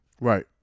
Right